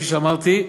כפי שאמרתי,